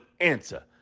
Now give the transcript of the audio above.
answer